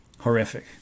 Horrific